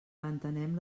entenem